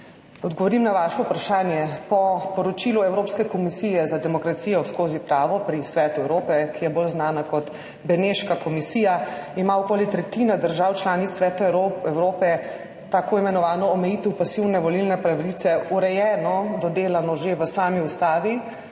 Odgovorim na vaše vprašanje. Po poročilu Evropske komisije za demokracijo skozi pravo pri Svetu Evrope, ki je bolj znana kot Beneška komisija, ima okoli tretjina držav članic Sveta Evrope tako imenovano omejitev pasivne volilne pravice urejeno, dodelano že v sami Ustavi.